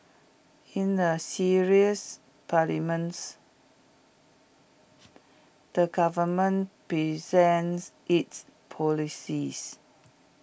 in the serious parliaments the government presents its policies